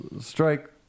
strike